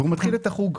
והוא מתחיל את החוג,